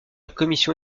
commission